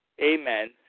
Amen